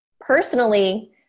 personally